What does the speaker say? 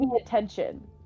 attention